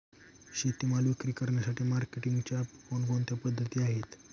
शेतीमाल विक्री करण्यासाठी मार्केटिंगच्या कोणकोणत्या पद्धती आहेत?